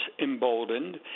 emboldened